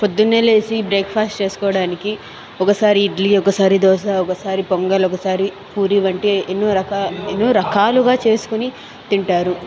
పొద్దున్నే లేసి బ్రేక్ఫాస్ట్ చేసుకోవడానికి ఒకసారి ఇడ్లీ ఒకసారి దోస ఒకసారి పొంగల్ ఒకసారి పూరి వంటి ఎన్నో రకాల ఎన్నో రకాలుగా చేసుకుని తింటారు